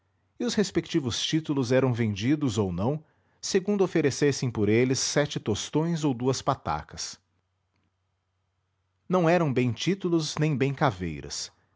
e os respectivos títulos eram vendidos ou não segundo oferecessem por eles sete tostões ou duas patacas não eram bem títulos nem bem caveiras